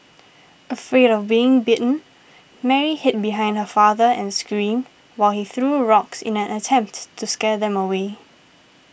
afraid of getting bitten Mary hid behind her father and screamed while he threw rocks in an attempt to scare them away